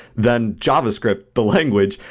then javascript, the language,